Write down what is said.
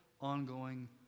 ongoing